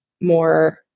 more